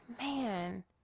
man